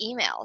emails